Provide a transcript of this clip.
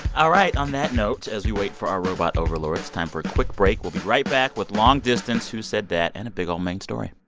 all right. on that note, as we wait for our robot overlords, time for a quick break. we'll be right back with long distance, who said that and a big old main story